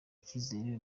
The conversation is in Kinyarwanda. icyizere